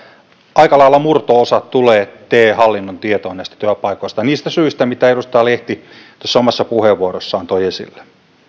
aika lailla murto osa tulee te hallinnon tietoon näistä työpaikoista niistä syistä mitä edustaja lehti tuossa omassa puheenvuorossaan toi esille